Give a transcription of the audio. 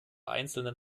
einzelnen